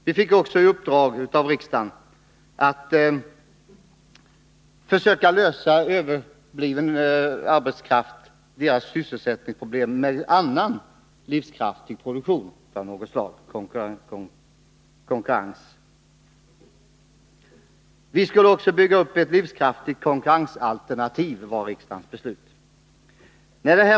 Vi fick också i uppdrag av riksdagen att försöka lösa sysselsättningsproblemen när det gäller den överblivna arbetskraften. Det gällde att skapa en livskraftig produktion av något slag. Vi skulle också enligt riksdagens beslut bygga upp ett livskraftigt konkurrensalternativ.